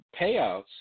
payouts